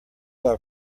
are